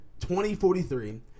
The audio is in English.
2043